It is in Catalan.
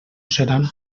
seran